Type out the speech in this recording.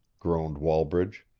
groaned wall-bridge.